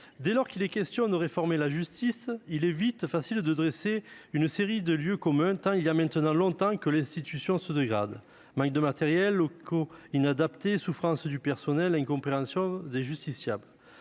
dès qu'il est question de réformer la justice, il est facile d'énoncer une série de lieux communs tant il y a maintenant longtemps que l'institution se dégrade : manque de matériel, locaux inadaptés, souffrance du personnel, incompréhension des justiciables.